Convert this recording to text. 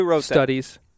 studies